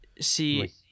See